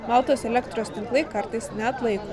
maltos elektros tinklai kartais neatlaiko